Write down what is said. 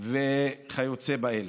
וכיוצא באלה.